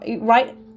right